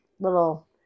little